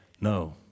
no